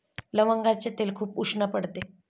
लवंगाचे तेल खूप उष्ण पडते